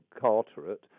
Carteret